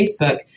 Facebook